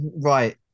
right